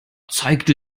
zeigte